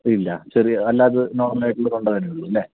ഇല്ല ചെറിയ അല്ലാതെ നോർമൽ ആയിട്ടുള്ള തൊണ്ട വേദനയേ ഉള്ളു അല്ലെ